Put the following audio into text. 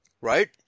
right